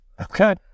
Okay